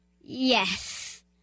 Yes